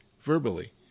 verbally